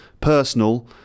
personal